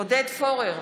עודד פורר,